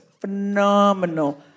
phenomenal